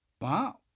wow